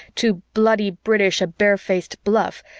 too bloody british a bare-faced bluff,